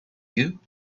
you